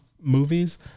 movies